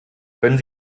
können